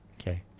Okay